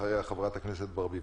אחריה חברת הכנסת ברביבאי.